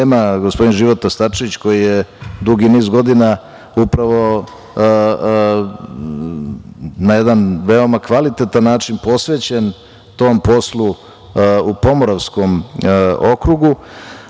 gospodin Života Starčević koji je dugi niz godina upravo na jedan veoma kvalitetan način posvećen tom poslu u Pomoravskom okrugu,